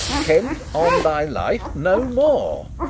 kent, on thy life, no more.